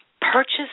purchase